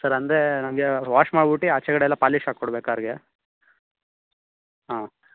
sir ಅಂದರೆ ನಮಗೆ wash ಮಾಡ್ಬುಟ್ಟು ಆಚೆಕಡೆ ಎಲ್ಲ ಪಾಲಿಶ್ ಹಾಕೊಡ್ಬೇಕ್ ಕಾರ್ಗೆ ಹಾಂ